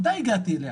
מתי הגעתי אליה?